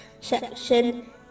section